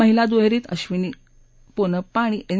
महिला दुहेरीत अक्षिनी कोनप्पा आणि एन